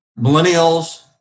millennials